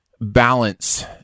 balance